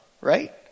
right